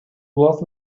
was